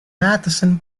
matheson